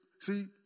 see